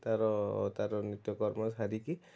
ସେ ତାର ତାର ନିତ୍ୟକ୍ରମ ସାରିକି